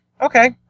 okay